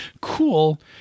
cool